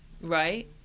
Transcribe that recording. right